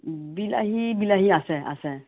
বিলাহী বিলাহী আছে আছে